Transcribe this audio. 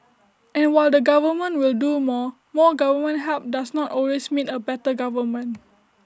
and while the government will do more more government help does not always mean A better government